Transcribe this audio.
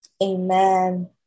amen